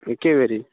एकेबेरी